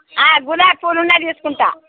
గులాబీ పూలు ఉన్న తీసుకుంటాను